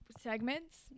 segments